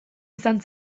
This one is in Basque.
izan